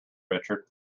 richard